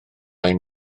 ein